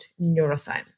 neuroscience